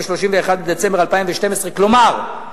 31 בדצמבר 2012. כלומר,